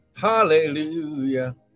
hallelujah